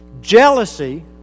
Jealousy